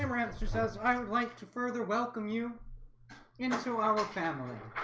never answer says i would like to further welcome you into our family